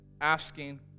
asking